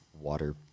water